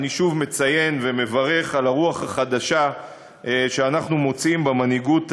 אני שוב מציין ומברך על הרוח החדשה שאנחנו מוצאים במנהיגות הערבית,